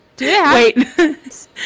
Wait